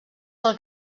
del